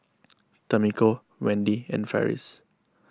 Tamiko Wendy and Farris